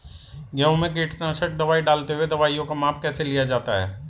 गेहूँ में कीटनाशक दवाई डालते हुऐ दवाईयों का माप कैसे लिया जाता है?